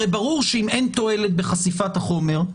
הרי ברור שאם אין תועלת בחשיפת החומר,